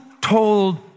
told